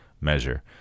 measure